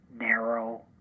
narrow